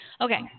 Okay